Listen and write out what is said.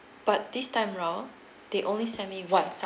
but this time round they only send me one